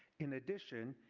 in addition,